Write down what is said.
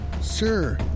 Sir